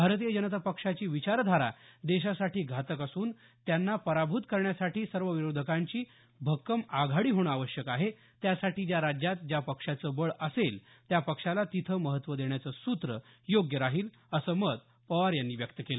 भारतीय जनता पक्षाची विचारधारा देशासाठी घातक असून त्यांना पराभूत करण्यासाठी सर्व विरोधकांची भक्कम आघाडी होणं त्यासाठी ज्या राज्यात ज्या पक्षाचं बळ असेल त्याला तिथं महत्व देण्याचं सूत्र योग्य राहील असं मत पवार यांनी म्हणाले